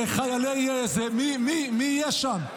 לחיילי, מי יהיה שם?